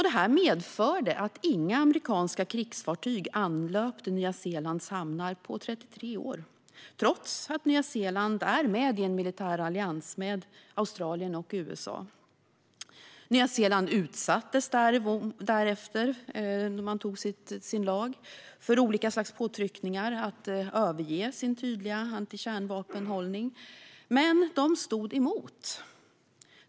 Detta medförde att inga amerikanska krigsfartyg anlöpte nyzeeländska hamnar på 33 år, trots att Nya Zeeland ingår i en militär allians med Australien och USA. Efter att ha antagit lagen utsattes Nya Zeeland för olika påtryckningar för att överge sin tydliga antikärnvapenhållning, men man stod emot.